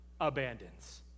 abandons